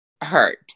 hurt